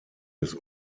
des